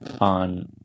on